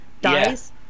dies